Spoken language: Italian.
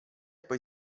poi